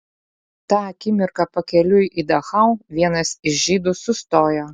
tą akimirką pakeliui į dachau vienas iš žydų sustojo